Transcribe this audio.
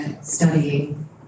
Studying